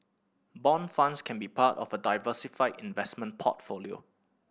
bond funds can be part of a diversified investment portfolio